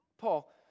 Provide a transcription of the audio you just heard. Paul